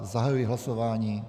Zahajuji hlasování.